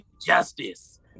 justice